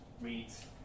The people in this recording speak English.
reads